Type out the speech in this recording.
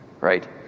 right